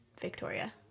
Victoria